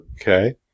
Okay